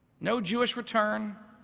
no jewish return,